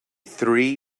three